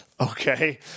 Okay